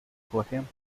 correm